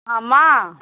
అమ్మ